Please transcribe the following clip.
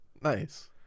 nice